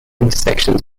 intersections